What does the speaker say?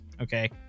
Okay